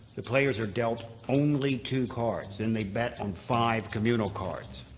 the players are dealt only two cards, then they bet on five communal cards.